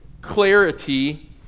clarity